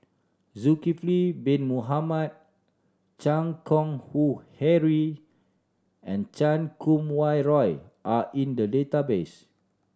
Zulkifli Bin Mohamed Chan Keng Howe Harry and Chan Kum Wah Roy are in the database